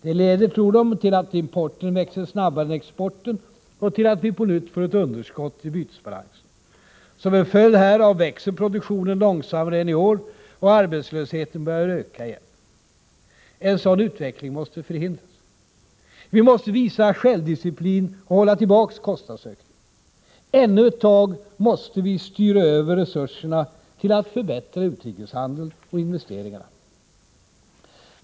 Det leder till att importen växer snabbare än exporten och till att vi på nytt får ett underskott i bytesbalansen. Som en följd härav växer produktionen långsammare än i år och arbetslösheten börjar öka igen. En sådan utveckling måste förhindras. Vi måste visa självdisciplin och hålla tillbaka kostnadsökningen. Ännu ett tag måste vi styra över resurserna till att förbättra utrikeshandeln och investeringarna.